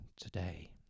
today